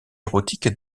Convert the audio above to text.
érotique